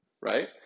right